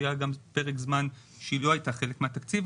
היה פרק זמן שהיא לא הייתה חלק מהתקציב,